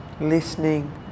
listening